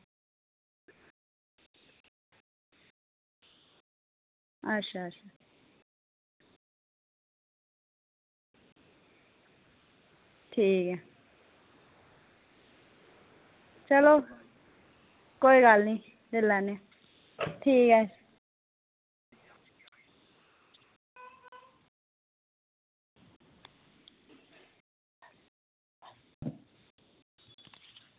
अच्छा ठीक ऐ चलो कोई गल्ल निं लेई लैन्ने आं ठीक ऐ